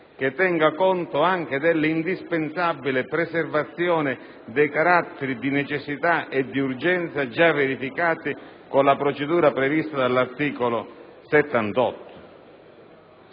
che tenga conto anche dell'indispensabile preservazione dei caratteri di necessità e di urgenza già verificati con la procedura prevista dall'articolo 78».